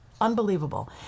unbelievable